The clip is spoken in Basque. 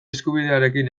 eskubidearekin